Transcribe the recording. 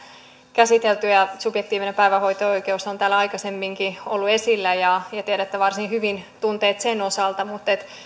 käsitelty ja subjektiivinen päivähoito oikeus on täällä aikaisemminkin ollut esillä ja ja tiedätte varsin hyvin tunteet sen osalta mutta